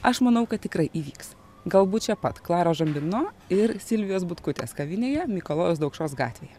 aš manau kad tikrai įvyks galbūt čia pat klaros žambino ir silvijos butkutės kavinėje mikalojaus daukšos gatvėje